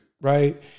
right